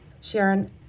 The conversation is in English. Sharon